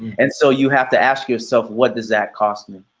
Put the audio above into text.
and so you have to ask yourself, what does that cost me?